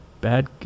bad